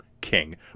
king